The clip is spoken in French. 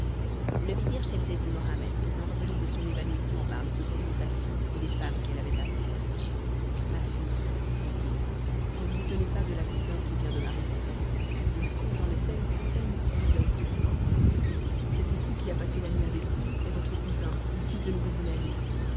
le vizir schemseddin mohammed étant revenu de son évanouissement par le secours de sa fille et des femmes qu'elle avait appelées ma fille dit-il ne vous étonnez pas de l'accident qui vient de m'arriver la cause en est telle qu'à peine y pourrez-vous ajouter foi cet époux qui a passé la nuit avec vous est votre cousin le fils de noureddin ali